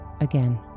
again